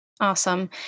Awesome